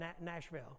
Nashville